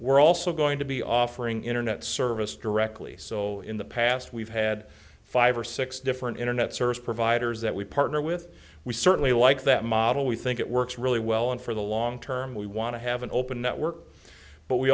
we're also going to be offering internet service directly so in the past we've had five or six different internet service providers that we partner with we certainly like that model we think it works really well and for the long term we want to have an open network but we